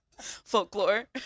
Folklore